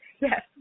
Yes